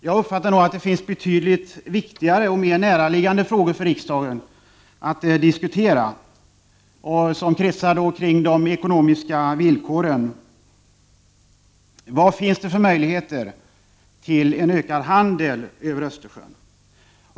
Jag uppfattar det nog som att det finns betydligt viktigare och mer näraliggande frågor för riksdagen att diskutera, som kretsar kring de ekonomiska villkoren. Vad finns det för möjligheter till en ökad handel över Östersjön?